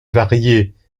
variées